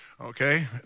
okay